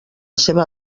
seva